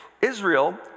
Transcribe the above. Israel